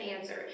answer